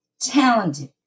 talented